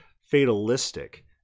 fatalistic